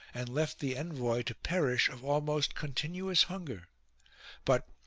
and left the envoy to perish of almost continuous hunger but,